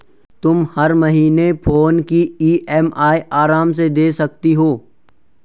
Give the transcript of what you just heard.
तुम हर महीने फोन की ई.एम.आई आराम से दे सकती हो